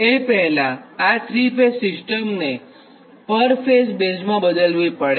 એ પહેલાઆ three phase સિસ્ટમને પર ફેઝ બેઝમાં બદલવી પડે